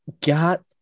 got